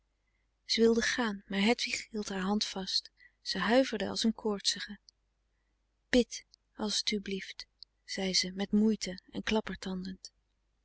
wilde gaan maar hedwig hield haar hand vast ze huiverde als een koortsige bid als t u blieft zei ze met moeite en klappertandend